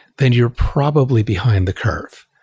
then you're probably behind the curve.